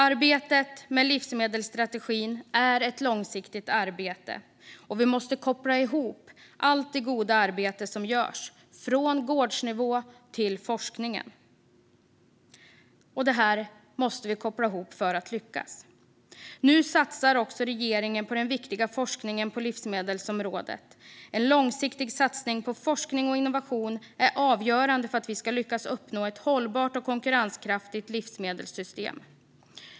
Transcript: Arbetet med livsmedelsstrategin är ett långsiktigt arbete, och vi måste koppla ihop allt det goda arbete som görs, från gårdsnivå till forskning, för att lyckas. Nu satsar regeringen också på den viktiga forskningen på livsmedelsområdet. En långsiktig satsning på forskning och innovation är avgörande för att vi ska lyckas uppnå ett hållbart och konkurrenskraftigt livsmedelssystem.